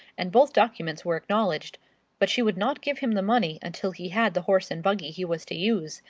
and both documents were acknowledged but she would not give him the money until he had the horse and buggy he was to use,